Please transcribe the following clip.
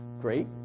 great